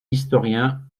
historien